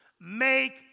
make